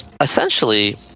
Essentially